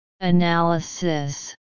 analysis